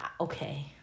Okay